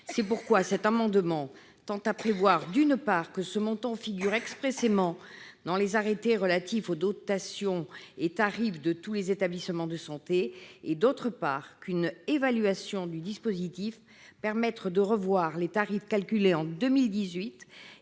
concernés. Cet amendement tend à prévoir, d'une part, que ce montant figure expressément dans les arrêtés relatifs aux dotations et tarifs de tous les établissements de santé et, d'autre part, qu'une évaluation du dispositif permette de revoir les tarifs calculés en 2018.